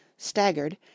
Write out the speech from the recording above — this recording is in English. staggered